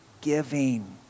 giving